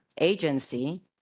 agency